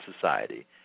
society